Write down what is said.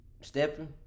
stepping